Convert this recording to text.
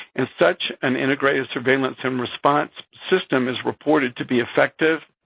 and such an integrated surveillance and response system is reported to be effective